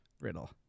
riddle